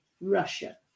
Russia